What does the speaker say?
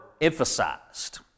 emphasized